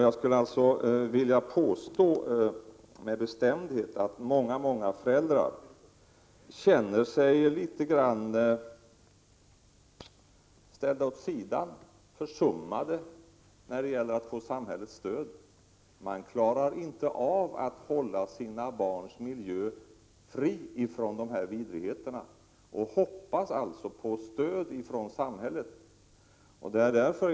Jag skulle med bestämdhet vilja påstå att många, många föräldrar känner sig ställda åt sidan och försummade när det gäller att få samhällets stöd. Man klarar inte av att hålla sina barns miljö fri från dessa vidrigheter. Man hoppas alltså på ett stöd från samhället. Herr talman!